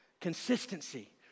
consistency